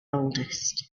oldest